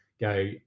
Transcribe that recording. go